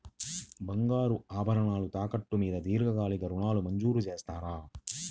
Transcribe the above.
బంగారు ఆభరణాలు తాకట్టు మీద దీర్ఘకాలిక ఋణాలు మంజూరు చేస్తారా?